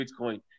Bitcoin